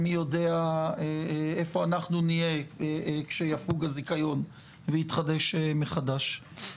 מי יודע איפה אנחנו נהיה כשיפוג הזיכיון ויתחדש מחדש?